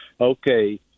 Okay